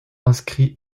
inscrit